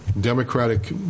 Democratic